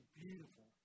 beautiful